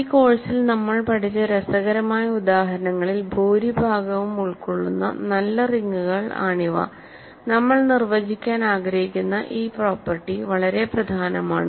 ഈ കോഴ്സിൽ നമ്മൾ പഠിച്ച രസകരമായ ഉദാഹരണങ്ങളിൽ ഭൂരിഭാഗവും ഉൾക്കൊള്ളുന്ന നല്ല റിങ്ങുകൾ ആണിവനമ്മൾ നിർവചിക്കാൻ ആഗ്രഹിക്കുന്ന ഈ പ്രോപ്പർട്ടി വളരെ പ്രധാനമാണ്